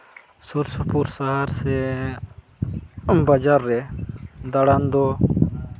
ᱥᱩᱨ ᱥᱩᱯᱩᱨ ᱥᱟᱦᱟᱨ ᱥᱮ ᱵᱟᱡᱟᱨ ᱨᱮ ᱫᱟᱬᱟᱱ ᱫᱚ